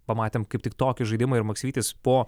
pamatėm kaip tik tokį žaidimą ir maksvytis po